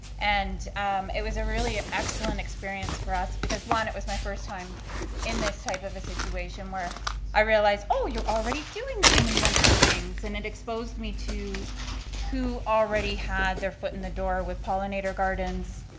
and it was a really excellent excellent experience for us because one, it was my first time in this type of a situation where i realized, oh, you're already doing so many wonderful things, and it exposed me to who already had their foot in the door with pollinator gardens,